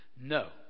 No